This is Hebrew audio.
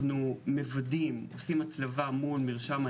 לא צריך לחכות לחקיקות ועניינים.